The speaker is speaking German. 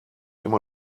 immer